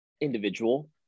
individual